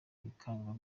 bikaba